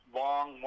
long